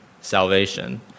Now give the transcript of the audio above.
salvation